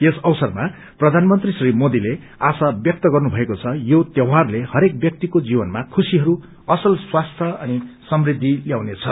यस अवरमा प्रधानमंत्री श्री मोदीले आशा व्रूक्त गर्नुभएको छ यो तयौहारले हरेक व्याक्तिको जीवनमा खुशीहरू असल स्वास्थ्य अनि सयृद्धि ल्याउनेछ